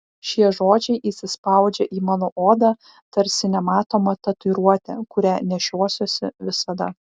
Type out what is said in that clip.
šie žodžiai įsispaudžia į mano odą tarsi nematoma tatuiruotė kurią nešiosiuosi visada